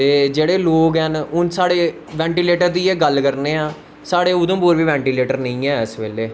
ते जेह्ड़े लोग न हून साढ़े बैंन्टिलेटर दी गै गल्ल करने आं साढ़े उधमपुर बी बैन्टीलेटर नेंई ऐ इस बेल्ले